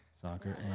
Soccer